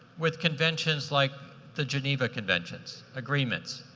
with conventions like the geneva conventions agreements.